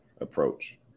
approach